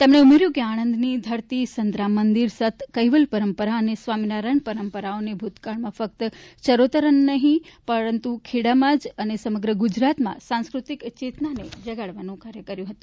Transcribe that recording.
તેમણે ઉમેર્યું કે આણંદની ધરતી સંતરામ મંદિર સત કેવલ પરંપરા અને સ્વામીનારાયણ પરંપરાઓએ ભૂતકાળમાં ફક્ત ચરોતર અને ખેડામાં જ નહીં સમગ્ર ગુજરાતમાં સાંસ્કૃતિક ચેતનાને જગાડવાનું કાર્ય કર્યું છે